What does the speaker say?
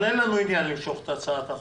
אבל אין לנו עניין למשוך את הצעת החוק,